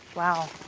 wow.